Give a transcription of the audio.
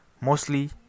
mostly